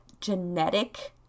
genetic